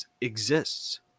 exists